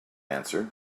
answered